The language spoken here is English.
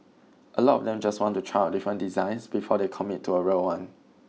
a lot of them just want to try out different designs before they commit to a real one